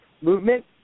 Movement